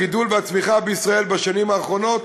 הגידול והצמיחה בישראל בשנים האחרונות